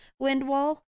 windwall